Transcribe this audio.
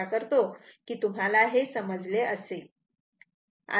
आशा करतो की हे आता तुम्हाला समजले असेल